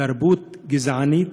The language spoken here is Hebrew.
תרבות גזענית,